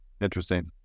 Interesting